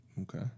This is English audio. Okay